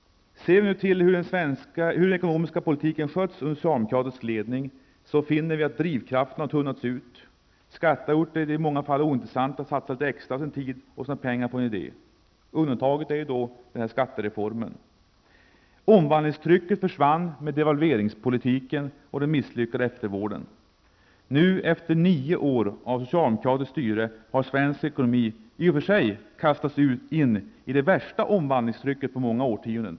Ser vi på hur den svenska ekonomiska politiken har skötts under socialdemokratisk ledning finner vi att drivkraften har tunnats ut. Skatter har i många fall gjort det ointressant att satsa litet extra av sin tid och pengar på en idé -- undantaget är skattereformen. Omvandlingstrycket försvann med devalveringspolitiken och den misslyckade eftervården. Nu, efter nio år av socialdemokratiskt styre, har svensk ekonomi kastats in i det värsta omvandlingstrycket på många årtionden.